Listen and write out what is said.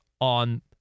on